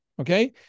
Okay